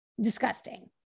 disgusting